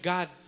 God